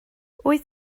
wyt